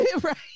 Right